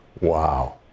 Wow